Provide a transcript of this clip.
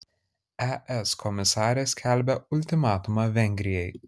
es komisarė skelbia ultimatumą vengrijai